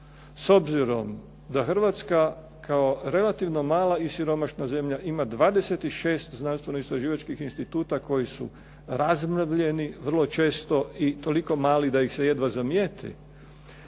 s obzirom da Hrvatska kao relativna mala i siromašna zemlja ima 26 znanstveno-istraživačkih instituta koji su razdrobljeni, vrlo često i toliko mali da ih se jedva zamijeti.